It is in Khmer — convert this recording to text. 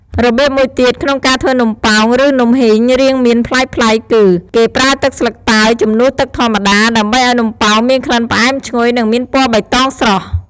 របៀបមួយទៀតក្នុងការធ្វើនំប៉ោង ឬ នំហុីងរាងមានប្លែកៗគឺ គេប្រើទឹកស្លឹកតើយជំនួសទឹកធម្មតា ដើម្បីឱ្យនំប៉ោងមានក្លិនផ្អែមឈ្ងុយ និងមានពណ៌បៃតងស្រស់។